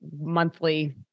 monthly